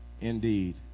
indeed